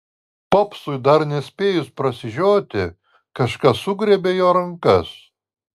popsui dar nespėjus prasižioti kažkas sugriebė jo rankas